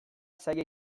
zaila